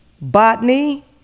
botany